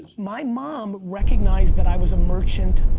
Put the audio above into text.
my mom recognized that i was a merchant,